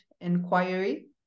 inquiry